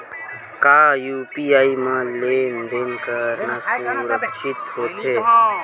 का यू.पी.आई म लेन देन करना सुरक्षित होथे?